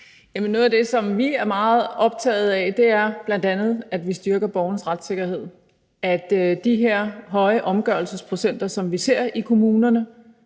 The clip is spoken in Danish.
Noget af det, som vi er meget optagede af, er bl.a., at vi styrker borgernes retssikkerhed. Hvad angår de her høje omgørelsesprocenter, som vi ser i kommunerne,